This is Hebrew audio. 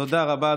תודה רבה,